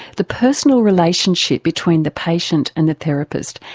the personal relationship between the patient and the therapist.